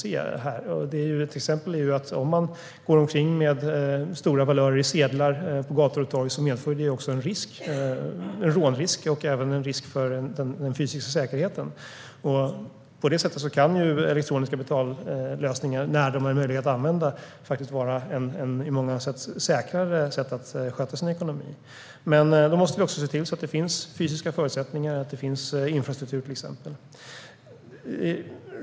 Ett exempel är att om man går omkring på gator och torg med stora belopp i kontanter medför det en rånrisk och även en risk för den fysiska säkerheten. Då kan elektroniska betalningslösningar, när de är möjliga att använda, vara ett på många sätt säkrare sätt att sköta sin ekonomi. Men då måste vi också se till att det finns fysiska förutsättningar, till exempel infrastruktur.